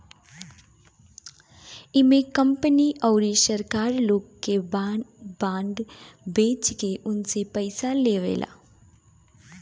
इमे कंपनी अउरी सरकार लोग के बांड बेच के उनसे पईसा लेवेला